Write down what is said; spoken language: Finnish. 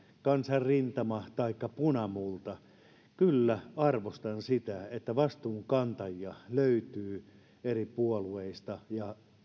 kansanrintama taikka punamulta niin kyllä arvostan sitä että vastuunkantajia löytyy eri puolueista ja